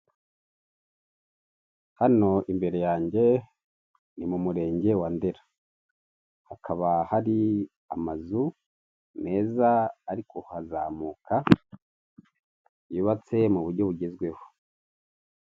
Hano imbere yanjye ni mu murenge wa Ndera. Hakaba hari amazu meza ariko hazamuka, yubatse mu buryo bugezweho.